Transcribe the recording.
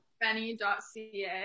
benny.ca